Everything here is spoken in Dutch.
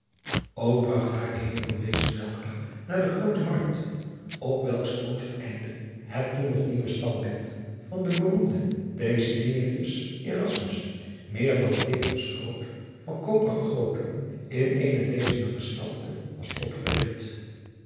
ok bragt haar de eer weldra naar de roote arkt op welks oosteinde het toen nog nieuwe tandbeeld van den beroemden meer dan levensgrootte van koper gegoten in eene lezende gestalte was opgerigt